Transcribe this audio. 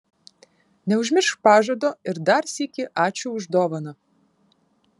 neužmiršk pažado ir dar sykį ačiū už dovaną